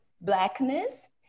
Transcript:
blackness